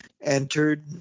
Entered